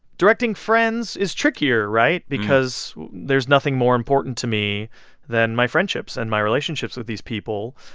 directing friends is trickier, right, because there's nothing more important to me than my friendships and my relationships with these people.